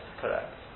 Correct